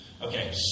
Okay